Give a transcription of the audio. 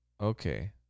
Okay